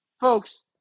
Folks